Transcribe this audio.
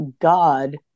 God